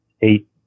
eight